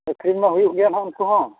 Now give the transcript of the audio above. ᱟᱹᱠᱷᱨᱤᱧᱼᱢᱟ ᱦᱩᱭᱩᱜ ᱜᱮᱭᱟ ᱦᱟᱸᱜ ᱩᱱᱠᱩ ᱦᱚᱸ